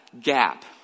gap